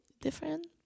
different